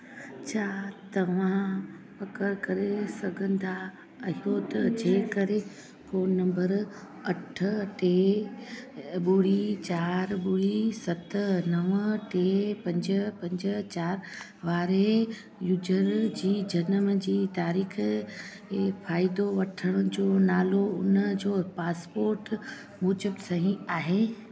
छा त पक्क करे सघंदा आयो त जेकरे फोन नंबर अठ टे ॿुड़ी चारि ॿुड़ी सत नव टे पंज पंज चारि वारे यूजर जे जनम जी तारीख़ ऐं फ़ाइदो वठण जो नालो उनजो पासपोर्ट मूजब सही आहे